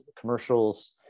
commercials